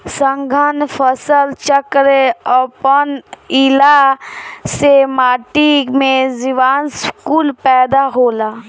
सघन फसल चक्र अपनईला से माटी में जीवांश कुल पैदा होला